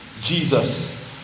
Jesus